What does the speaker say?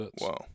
Wow